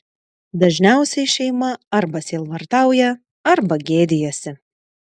dažniausiai šeima arba sielvartauja arba gėdijasi